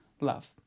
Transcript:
love